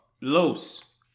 Los